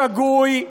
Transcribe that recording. שגוי,